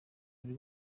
buri